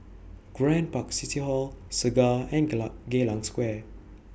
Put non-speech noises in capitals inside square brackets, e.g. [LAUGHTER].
Grand Park City Hall Segar and [UNINTELLIGIBLE] Geylang Square